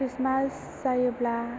Christmas जायोब्ला